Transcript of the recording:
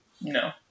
No